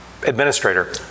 Administrator